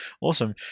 Awesome